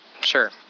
Sure